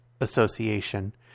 Association